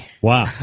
Wow